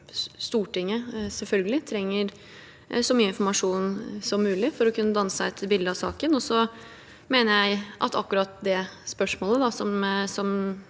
Stortinget selvfølgelig trenger så mye informasjon som mulig for å få kunne danne seg et bilde av saken. Så mener jeg at akkurat det spørsmålet som